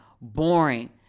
boring